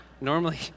Normally